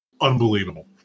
unbelievable